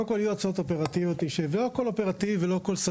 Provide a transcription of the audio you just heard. היו הצעות אופרטיביות ולא הכל סגור.